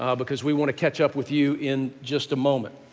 um because we want to catch up with you in just a moment.